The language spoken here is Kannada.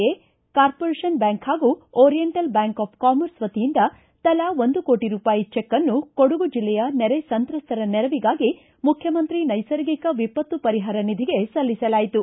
ಎ ಕಾರ್ಪೋರೇತನ್ ಬ್ಲಾಂಕ್ ಹಾಗೂ ಓರಿಯೆಂಟಲ್ ಬ್ಲಾಂಕ್ ಆಫ್ ಕಾಮರ್ಸ್ ವತಿಯಿಂದ ತಲಾ ಒಂದು ಕೋಟ ರೂಪಾಯಿ ಚೆಕ್ನ್ನು ಕೊಡಗು ಜಿಲ್ಲೆಜಂ ನೆರೆ ಸಂತ್ರಸ್ತರ ನೆರವಿಗಾಗಿ ಮುಖ್ಣಮಂತ್ರಿ ನೈಸರ್ಗಿಕ ವಿಪತ್ತು ಪರಿಹಾರ ನಿಧಿಗೆ ಸಲ್ಲಿಸಲಾಯಿತು